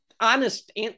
honest